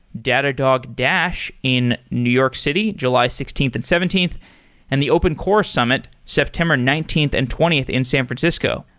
datadog dash in new york city, july sixteenth and seventeenth and the open core summit, september nineteenth and twentieth in san francisco.